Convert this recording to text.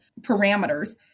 parameters